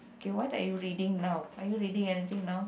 okay what are you reading now are you reading anything now